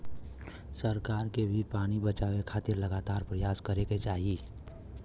सरकार के भी पानी बचावे खातिर लगातार परयास करे के चाही